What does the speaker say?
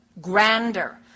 grander